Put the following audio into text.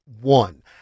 one